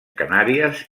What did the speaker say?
canàries